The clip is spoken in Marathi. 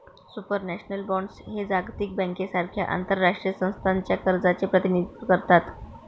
सुपरनॅशनल बॉण्ड्स हे जागतिक बँकेसारख्या आंतरराष्ट्रीय संस्थांच्या कर्जाचे प्रतिनिधित्व करतात